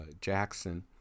Jackson